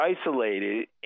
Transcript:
isolated